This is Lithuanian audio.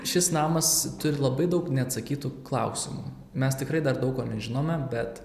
šis namas turi labai daug neatsakytų klausimų mes tikrai dar daug ko nežinome bet